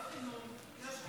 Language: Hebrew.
איך בחינוך?